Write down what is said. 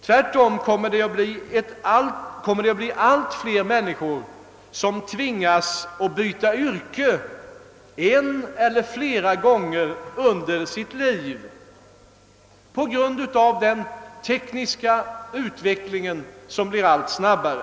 Tvärtom kommer allt fler människor att tvingas att byta yrke en eller flera gånger under sitt liv på grund av den tekniska utvecklingen som går allt snabbare.